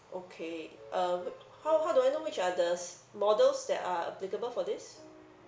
okay uh how how do I know which are the s~ models that are applicable for this